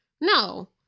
no